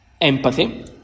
Empathy